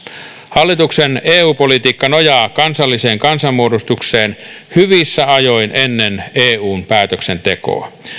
hallituksen eu politiikka nojaa kansalliseen kannanmuodostukseen hyvissä ajoin ennen eun päätöksentekoa